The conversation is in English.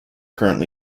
currently